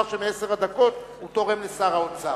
שמעשר הדקות שלו הוא תורם לשר האוצר.